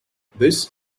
this